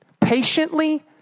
patiently